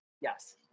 Yes